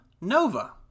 Nova